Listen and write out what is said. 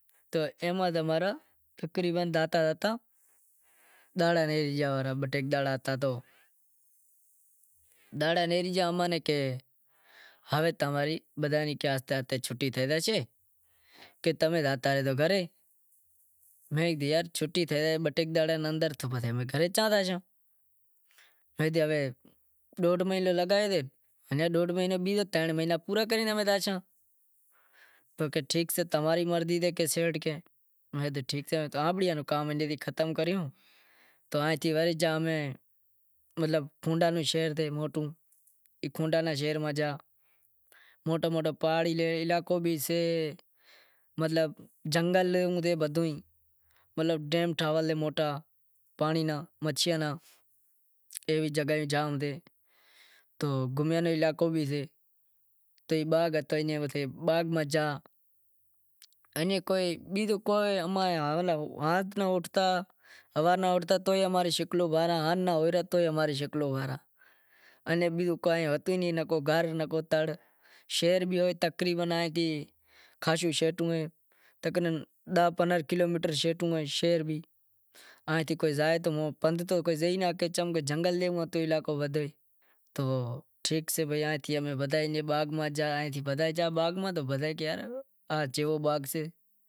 تو کہے کہ اتا دہاڑا رہے گیا تو اماں نیں کہے کہ ہوے تماں ری آہستے آہستے چھوٹی تھئے زاشے پسے تمیں زایا پرہا آپرے گھرے۔ امیں کہیو ڈوڈھ مہینڑو تھئے گیو ہوے مہینڑاں پورا کرے امیں زاشاں تو کہے ٹھیک سے تماں ری مرضی سے سیٹھ کہے میں کہیو تو ٹھیک سے کام انی ختم کریوں مطلب امیں گونڈا نی شہر میں گیا مطلب جنگل بدہو ڈیم ٹھاول سیں، تو ئے باغ ہتا باغ میں جا بیزوں کوئی شہر بھی ہوئے خاشو شیٹو ہوئے۔ شہر بھی داہ پندرانہں کلومیٹر شیٹو ہوئے پندہ تو کوئی جائی ناں چمکہ جنگل روں ہتو علائقو بدہو، ٹھیک سے امیں بدہا ئے گیا باغ ماں۔